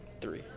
Three